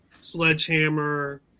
sledgehammer